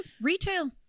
retail